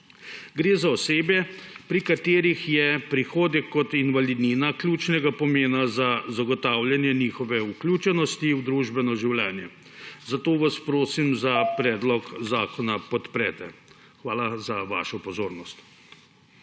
Gre za osebe, pri katerih je prihodek kot invalidnina ključnega pomena za zagotavljanje njihove vključenosti v družbeno življenje, zato vas prosim, da predlog zakona podprete. Hvala za vašo pozornost.